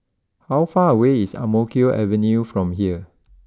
how far away is Ang Mo Kio Avenue from here